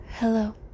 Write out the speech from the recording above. Hello